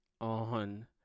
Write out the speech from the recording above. on